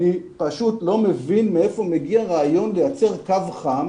לא מבין מאיפה מגיע רעיון לייצר קו חם,